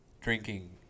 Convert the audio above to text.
drinking –